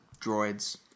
droids